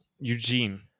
eugene